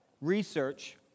research